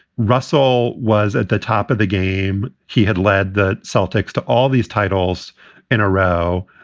russell was at the top of the game. he had led the celltex to all these titles in a row.